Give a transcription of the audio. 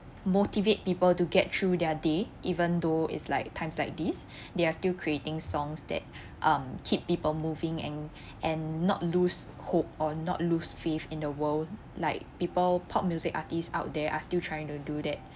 motivate people to get through their day even though it's like times like this they are still creating songs that um keep people moving and and not lose hope or not lose faith in the world like people pop music artists out there are still trying to do that